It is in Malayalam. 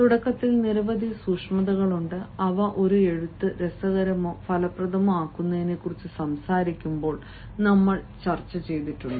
തുടക്കത്തിലെ നിരവധി സൂക്ഷ്മതകളുണ്ട് അവ ഒരു എഴുത്ത് രസകരമോ ഫലപ്രദമോ ആക്കുന്നതിനെക്കുറിച്ച് സംസാരിക്കുമ്പോൾ നമ്മൾ ചർച്ച ചെയ്തിട്ടുണ്ട്